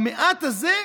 המעט הזה,